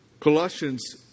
Colossians